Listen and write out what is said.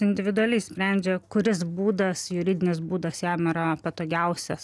individualiai sprendžia kuris būdas juridinis būdas jam yra patogiausias